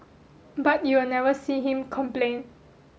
but you will never see him complain